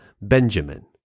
Benjamin